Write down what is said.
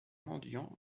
mendiants